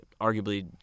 arguably